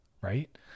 right